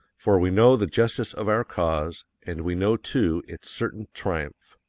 for we know the justice of our cause, and we know, too, its certain triumph.